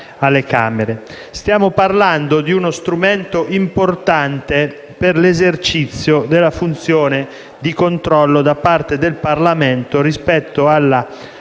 Stiamo parlando di uno strumento importante per l'esercizio della funzione di controllo da parte del Parlamento rispetto